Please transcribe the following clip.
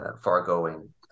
far-going